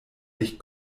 nicht